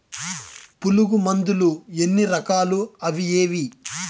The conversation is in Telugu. పులుగు మందులు ఎన్ని రకాలు అవి ఏవి?